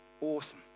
awesome